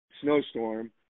snowstorm